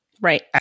Right